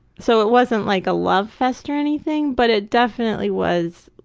so it wasn't like a love fest or anything, but it definitely was,